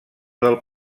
del